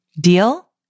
Deal